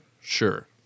Sure